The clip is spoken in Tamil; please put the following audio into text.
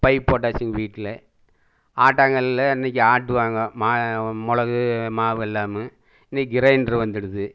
பைப் போட்டாச்சு வீட்டில் ஆட்டாங்கல்லில் அன்னிக்கு ஆட்டுவாங்க மா மிளகு மாவு எல்லாமும் இன்னிக்கி கிரைண்டர் வந்திடுது